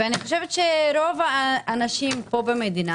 אני חושב שרוב האנשים פה במדינה,